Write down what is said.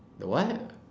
the what